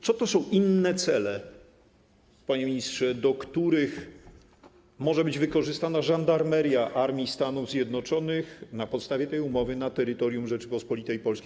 Co to są inne cele, panie ministrze, do których może być wykorzystana żandarmeria armii Stanów Zjednoczonych na podstawie tej umowy na terytorium Rzeczypospolitej Polskiej?